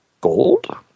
gold